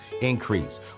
Increase